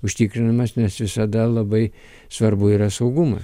užtikrinamas nes visada labai svarbu yra saugumas